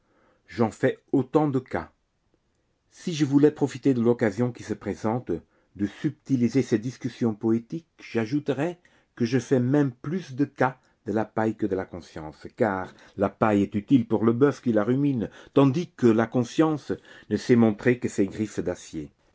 j'en fais autant de cas si je voulais profiter de l'occasion qui se présente de subtiliser ces discussions poétiques j'ajouterais que je fais même plus de cas de la paille que de la conscience car la paille est utile pour le boeuf qui la rumine tandis que la conscience ne sait montrer que ses griffes d'acier